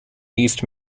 east